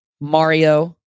Mario